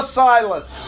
silence